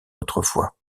autrefois